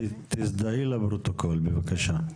ותזדהי לפרוטוקול בבקשה.